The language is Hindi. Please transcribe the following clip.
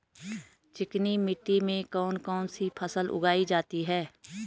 चिकनी मिट्टी में कौन कौन सी फसल उगाई जाती है?